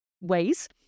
ways